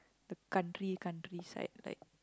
the country country side like